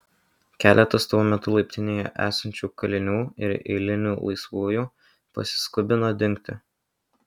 keletas tuo metu laiptinėje esančių kalinių ir eilinių laisvųjų pasiskubino dingti